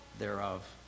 Thereof